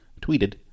tweeted